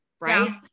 Right